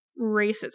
racism